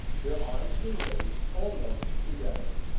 their arms were raised almost together.